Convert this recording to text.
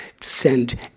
send